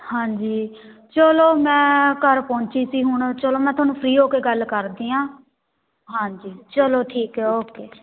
ਹਾਂਜੀ ਚਲੋ ਮੈਂ ਘਰ ਪਹੁੰਚੀ ਸੀ ਹੁਣ ਚਲੋ ਮੈਂ ਤੁਹਾਨੂੰ ਫਰੀ ਹੋ ਕੇ ਗੱਲ ਕਰਦੀ ਹਾਂ ਹਾਂਜੀ ਚਲੋ ਠੀਕ ਹੈ ਓਕੇ